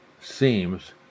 seems